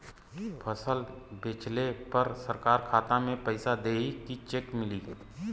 फसल बेंचले पर सरकार खाता में पैसा देही की चेक मिली?